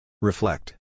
Reflect